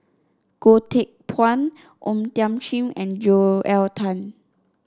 Goh Teck Phuan O Thiam Chin and Joel Tan